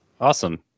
Awesome